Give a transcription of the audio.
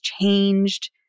changed